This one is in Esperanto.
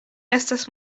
estas